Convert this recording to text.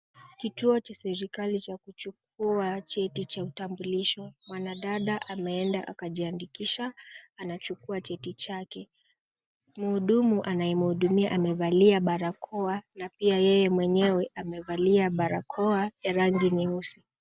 Kituo cha serikali cha kuchukua cheti cha utambulisho . Mwanadada ameenda akajiandikisha anachukua cheti chake. Mhudumu anyemhudumia amevalia barakoa na pia yeye mwenyewe amevalia barakoa ya rangi nyeusi.